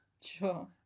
Sure